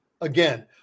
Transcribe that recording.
Again